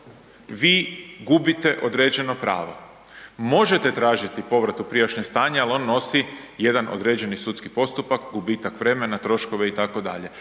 vi gubite određeno pravo. Možete tražiti povrat u prijašnje stanje, ali on nosi jedan određeni sudski postupak, gubitak vremena, troškove itd.,